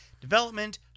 development